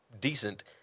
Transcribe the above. decent